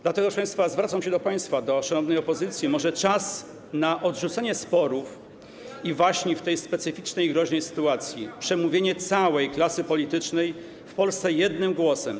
Dlatego, proszę państwa, zwracam się do państwa, do szanownej opozycji, może czas na odrzucenie sporów i waśni w tej specyficznej i groźnej sytuacji, przemówienie całej klasy politycznej w Polsce jednym głosem.